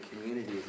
communities